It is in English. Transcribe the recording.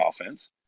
offense